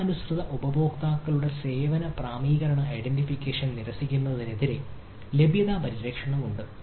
നിയമാനുസൃത ഉപയോക്താക്കളുടെ സേവന പ്രാമാണീകരണ ഐഡന്റിഫിക്കേഷൻ നിരസിക്കുന്നതിനെതിരെ ലഭ്യത പരിരക്ഷണം ഉണ്ട്